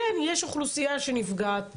כן יש אוכלוסייה שנפגעת וחוטפת,